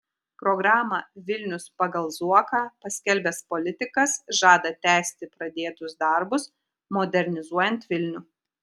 programą vilnius pagal zuoką paskelbęs politikas žada tęsti pradėtus darbus modernizuojant vilnių